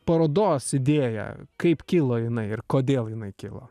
parodos idėją kaip kilo jinai ir kodėl jinai kilo